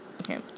Okay